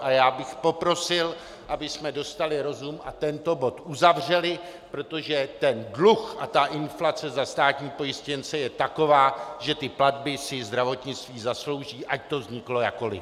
A já bych poprosil, abychom dostali rozum a tento bod uzavřeli, protože ten dluh a inflace za státní pojištěnce jsou takové, že ty platby si zdravotnictví zaslouží, ať to vzniklo jakkoli.